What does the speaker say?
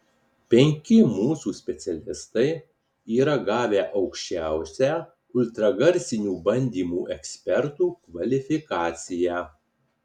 penki mūsų specialistai yra gavę aukščiausią ultragarsinių bandymų ekspertų kvalifikaciją